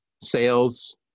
sales